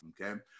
okay